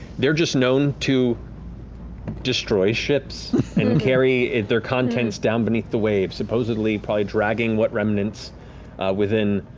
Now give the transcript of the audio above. they're just known to destroy ships and carry their contents down beneath the waves, supposedly probably dragging what remnants within,